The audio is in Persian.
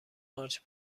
قارچ